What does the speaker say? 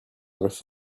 off